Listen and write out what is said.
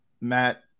Matt